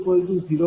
006 Q40